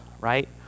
right